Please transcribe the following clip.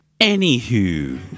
Anywho